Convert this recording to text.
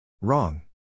Wrong